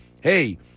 hey –